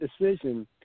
decision